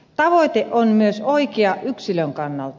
tavoite on myös oikea yksilön kannalta